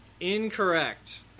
incorrect